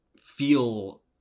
feel